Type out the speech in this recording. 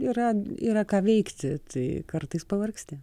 yra yra ką veikti tai kartais pavargsti